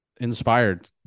inspired